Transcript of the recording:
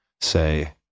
say